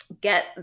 get